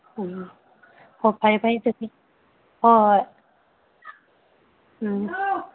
ꯎꯝ ꯑꯣ ꯐꯔꯦ ꯐꯔꯦ ꯑꯗꯨꯗꯤ ꯍꯣ ꯍꯣꯏ ꯎꯝ